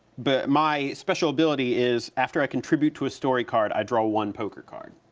but my special ability is after i contribute to a story card, i draw one poker card,